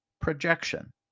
Projection